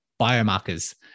biomarkers